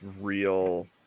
real